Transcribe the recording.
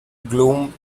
gloom